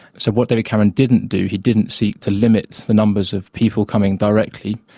so what david cameron didn't do, he didn't seek to limit the numbers of people coming directly,